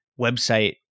website